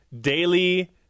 daily